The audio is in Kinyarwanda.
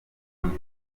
wundi